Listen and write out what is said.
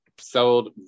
sold